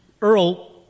Earl